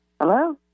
Hello